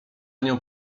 nią